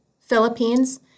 Philippines